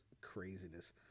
Craziness